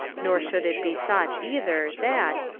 nor should it be thought either that,